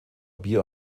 bier